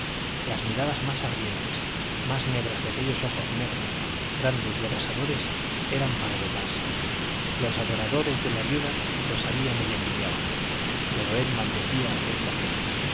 las miradas más ardientes más negras de aquellos ojos negros grandes y abrasadores eran para de pas los adoradores de la viuda lo sabían y le envidiaban pero él maldecía de aquel bloqueo